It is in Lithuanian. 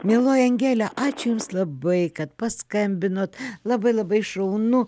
mieloji angele ačiū jums labai kad paskambinot labai labai šaunu